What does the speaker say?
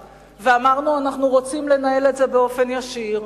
ואמרנו: אנחנו רוצים לנהל את זה באופן ישיר,